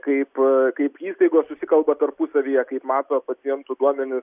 kaip kaip įstaigos susikalba tarpusavyje kaip mato pacientų duomenis